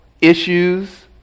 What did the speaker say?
Issues